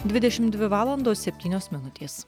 dvidešimt dvi valandos septynios minutės